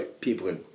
people